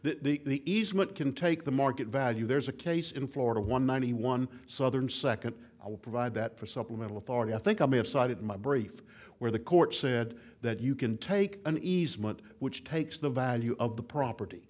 judge that the easement can take the market value there's a case in florida one ninety one southern second i will provide that for supplemental authority i think i may have cited my brief where the court said that you can take an easement which takes the value of the property